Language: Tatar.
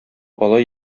алай